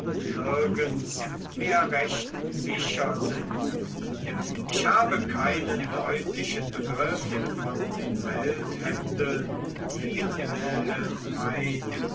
nirgends mehr recht sicher sind ich habe keinen deutlichen begriff von den welthändeln fiel wilhelm ein